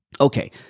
okay